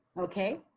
okay.